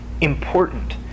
important